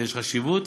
ויש חשיבות